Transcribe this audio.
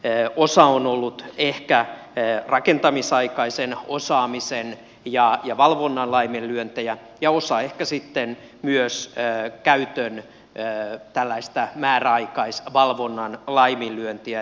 osa on ollut ehkä rakentamisaikaisen osaamisen ja valvonnan laiminlyöntejä ja osa ehkä sitten myös käytön määräaikaisvalvonnan laiminlyöntiä